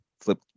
flip